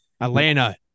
Atlanta